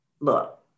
Look